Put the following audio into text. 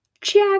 check